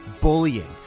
bullying